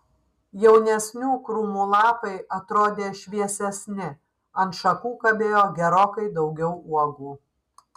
jaunesnių krūmų lapai atrodė šviesesni ant šakų kabėjo gerokai daugiau uogų